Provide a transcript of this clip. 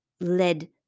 led